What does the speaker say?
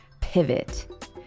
pivot